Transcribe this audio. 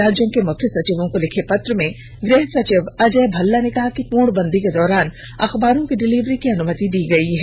राज्यों के मुख्य सचिवों को लिखे पत्र में गृह सचिव अजय भल्ला ने कहा कि पूर्णबंदी के दौरान अखबारों की डिल्लीवरी की अनुमति दी गई है